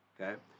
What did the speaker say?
okay